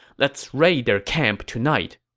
let's raid their camp tonight.